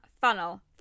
funnel